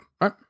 Right